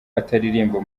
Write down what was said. ataririmba